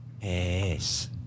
Yes